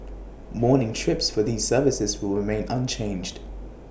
morning trips for these services will remain unchanged